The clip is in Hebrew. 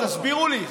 תסבירו לי.